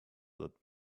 that